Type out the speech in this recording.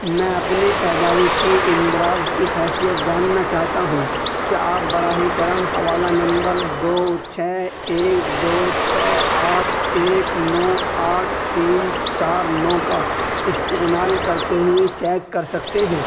میں اپنی پیدائشی اندراج کی حیثیت جاننا چاہتا ہوں کیا آپ براہ کرم حوالہ نمبر دو چھ ایک دو چھ آٹھ ایک نو آٹھ تین چار نو کا استعمال کرتے ہوئے چیک کر سکتے ہیں